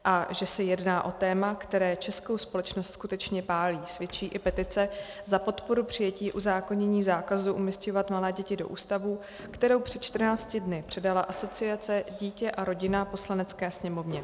A že se jedná o téma, které českou společnost skutečně pálí, svědčí i petice za podporu přijetí uzákonění zákazu umísťovat malé děti do ústavů, kterou přes 14 dny předala Asociace Dítě a Rodina Poslanecké sněmovně.